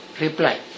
reply